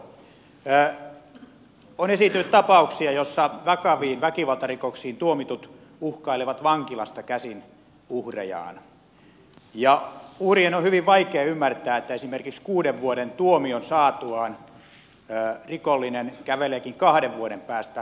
on esiintynyt tapauksia joissa vakaviin väkivaltarikoksiin tuomitut uhkailevat vankilasta käsin uhrejaan ja uhrien on hyvin vaikea ymmärtää että esimerkiksi kuuden vuoden tuomion saatuaan rikollinen käveleekin kahden vuoden päästä kadulla vastaan